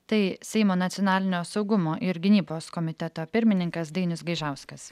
tai seimo nacionalinio saugumo ir gynybos komiteto pirmininkas dainius gaižauskas